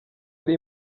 yari